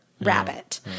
rabbit